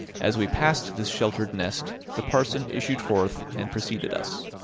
as we passed this sheltered nest, the parson issued forth and preceded us.